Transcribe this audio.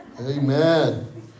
Amen